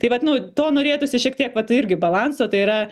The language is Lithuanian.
tai vat nu to norėtųsi šiek tiek vat irgi balanso tai yra